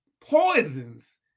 poisons